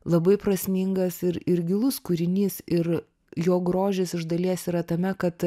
labai prasmingas ir ir gilus kūrinys ir jo grožis iš dalies yra tame kad